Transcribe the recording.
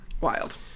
Wild